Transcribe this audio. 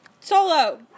Solo